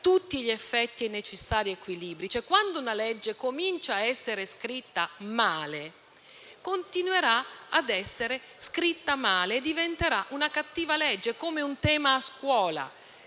tutti gli effetti e i necessari equilibri. Quando una legge comincia a essere scritta male continuerà ad essere scritta male e diventerà una cattiva legge, come per un tema a scuola.